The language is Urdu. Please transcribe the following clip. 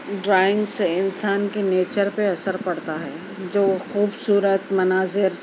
ڈرائنگ سے انسان کے نیچر پہ اثر پڑتا ہے جو وہ خوبصورت مناظر